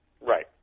Right